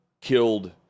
killed